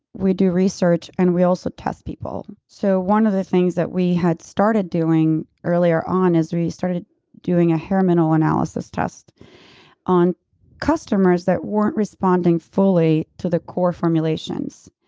we do research and we also test people. so, one of the things that we had started doing earlier on is we started doing a hair mineral analysis test on customers that weren't responding fully to the core formulations.